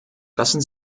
lassen